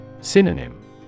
Synonym